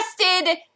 Arrested